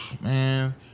Man